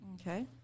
Okay